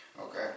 Okay